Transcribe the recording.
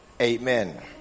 Amen